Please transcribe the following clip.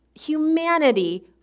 humanity